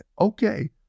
Okay